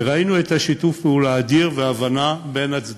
וראינו את שיתוף הפעולה האדיר וההבנה בין הצדדים.